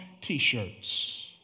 t-shirts